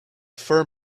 fur